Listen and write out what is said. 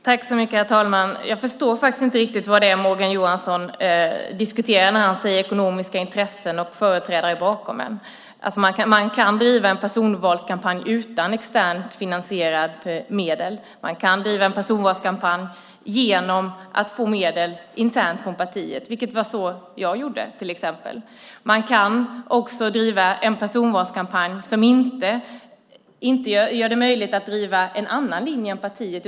Herr talman! Jag förstår faktiskt inte riktigt vad det är Morgan Johansson diskuterar när han säger ekonomiska intressen och företrädare bakom en. Man kan driva en personvalskampanj utan externa medel. Man kan driva en personvalskampanj genom att få medel internt från partiet, vilket var så jag gjorde. Man kan också driva en personvalskampanj som inte gör det möjligt att driva en annan linje än partiet.